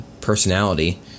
personality